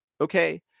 okay